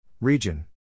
Region